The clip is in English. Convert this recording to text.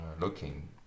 looking